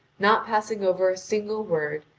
not passing over a single word,